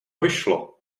vyšlo